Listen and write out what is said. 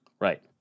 Right